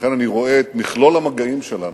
ולכן אני רואה את מכלול המגעים שלנו,